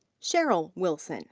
sheryl wilson